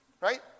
Right